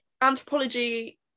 anthropology